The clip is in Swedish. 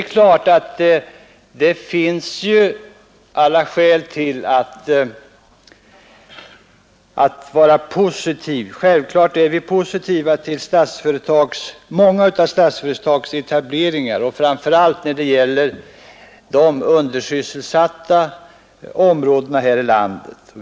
Men klart är att det finns alla skäl att vara positiv, och vi är positiva till många av Statsföretags etableringar, framför allt när det gäller etableringar i de undersysselsatta områdena i landet.